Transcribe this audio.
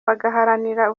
bagaharanira